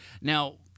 now